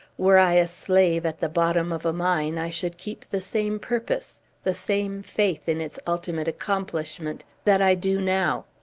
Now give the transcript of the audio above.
were i a slave, at the bottom of a mine, i should keep the same purpose, the same faith in its ultimate accomplishment, that i do now.